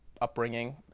upbringing